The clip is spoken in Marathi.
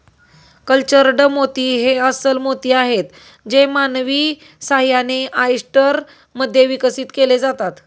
कल्चर्ड मोती हे अस्स्ल मोती आहेत जे मानवी सहाय्याने, ऑयस्टर मध्ये विकसित केले जातात